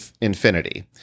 infinity